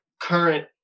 current